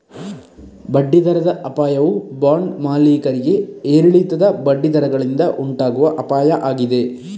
ಬಡ್ಡಿ ದರದ ಅಪಾಯವು ಬಾಂಡ್ ಮಾಲೀಕರಿಗೆ ಏರಿಳಿತದ ಬಡ್ಡಿ ದರಗಳಿಂದ ಉಂಟಾಗುವ ಅಪಾಯ ಆಗಿದೆ